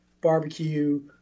barbecue